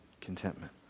contentment